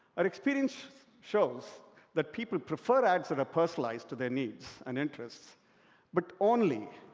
our experience shows that people prefer ads that are personalized to their needs and interests but only,